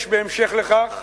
יש בהמשך לכך